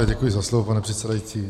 Děkuji za slovo, pane předsedající.